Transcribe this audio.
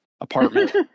apartment